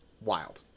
Wild